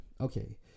okay